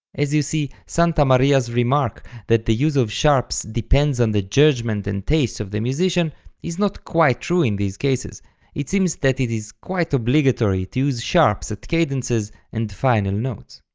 as you see, santa maria's remark that the use of sharps depends on the judgment and taste of the musician is not quite true in these cases it seems that it is quite obligatory to use sharps at cadences and final notes.